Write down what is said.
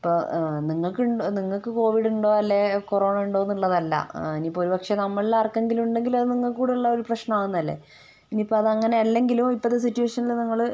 ഇപ്പോൾ നിങ്ങൾക്ക് ഉണ്ടോ കോവിഡ് ഉണ്ടോ അല്ലേ കൊറോണ ഉണ്ടോ എന്നുള്ളതല്ല ഇനീപ്പോ ഒരുപക്ഷെ നമ്മളിലാർക്കെങ്കിലും ഉണ്ടെങ്കിൽ അത് നിങ്ങൾക്ക് കൂടിയുള്ളൊരു പ്രശ്നമാകുന്നതല്ലേ ഇനിയിപ്പോൾ അതങ്ങനെയല്ലെങ്കിലും ഇപ്പോഴത്തെ സിറ്റുവേഷനില് നിങ്ങള്